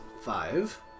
five